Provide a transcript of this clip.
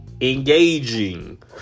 engaging